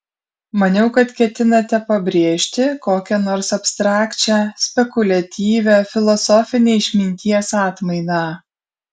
maniau kad ketinate pabrėžti kokią nors abstrakčią spekuliatyvią filosofinę išminties atmainą